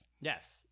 Yes